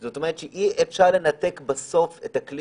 זאת אומרת שאי-אפשר לנתק בסוף את הכלי